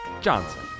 Johnson